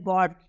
God